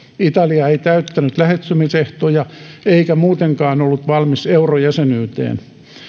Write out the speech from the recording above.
italia ei täyttänyt lähentymisehtoja eikä muutenkaan ollut valmis eurojäsenyyteen